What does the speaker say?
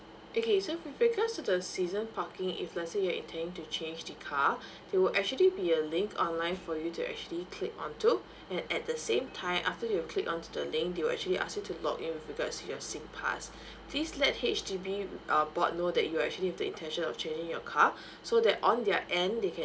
okay so because the season parking if let's say you're intending to change the car there will actually be a link online for you to actually click onto and at the same time after you click onto the link they will actually ask you to log in with regards to your singpass please let H_D_B uh board know that you actually have the intention of changing your car so that on their end they can